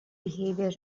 behavior